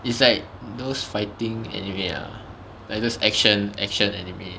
it's like those fighting anime ah like those action action anime